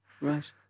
Right